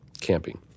camping